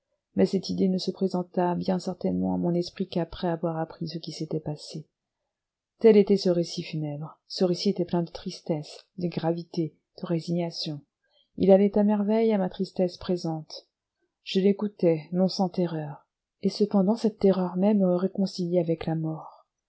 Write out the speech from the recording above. mais cette idée ne se présenta bien certainement à mon esprit qu'après avoir appris ce qui s'était passé tel était ce récit funèbre ce récit était plein de tristesse de gravité de résignation il allait à merveille à ma tristesse présente je l'écoutai non sans terreur et cependant cette terreur même me réconciliait avec la mort